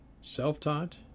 Self-taught